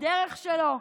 בדרך שלו?